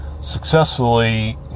successfully